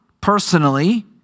personally